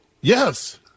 Yes